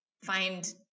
find